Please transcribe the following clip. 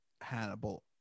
hannibal